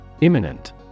Imminent